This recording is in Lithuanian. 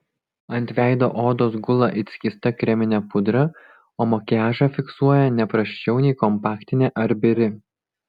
ant veido odos gula it skysta kreminė pudra o makiažą fiksuoja ne prasčiau nei kompaktinė ar biri